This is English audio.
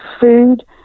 food